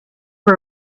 for